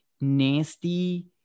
nasty